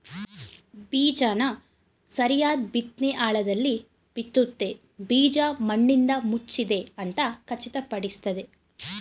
ಬೀಜನ ಸರಿಯಾದ್ ಬಿತ್ನೆ ಆಳದಲ್ಲಿ ಬಿತ್ತುತ್ತೆ ಬೀಜ ಮಣ್ಣಿಂದಮುಚ್ಚಿದೆ ಅಂತ ಖಚಿತಪಡಿಸ್ತದೆ